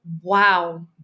wow